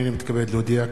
הנני מתכבד להודיע,